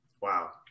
wow